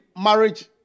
marriage